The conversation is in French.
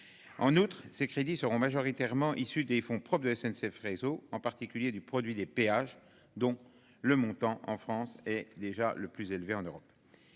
En outre, ces crédits seront majoritairement issus des fonds propres de SNCF réseau, en particulier, du produit des péages dont le montant en France est déjà le plus élevé en Europe.